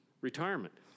retirement